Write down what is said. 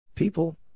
People